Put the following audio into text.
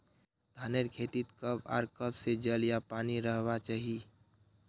धानेर खेतीत कब आर कब से जल या पानी रहबा चही?